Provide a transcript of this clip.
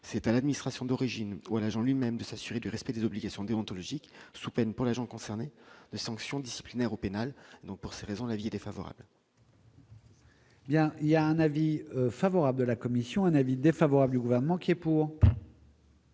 c'est à l'administration d'origine, en lui-même, de s'assurer du respect des obligations déontologiques sous peine pour les gens concernés de sanctions disciplinaires, au pénal, donc, pour ces raisons, l'avis défavorable. Il y a, il y a un avis favorable de la commission, un avis défavorable du gouvernement qui est pour.